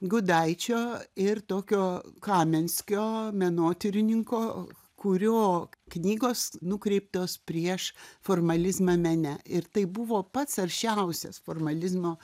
gudaičio ir tokio kamenskio menotyrininko kurio knygos nukreiptos prieš formalizmą mene ir tai buvo pats aršiausias formalizmo